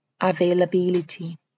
availability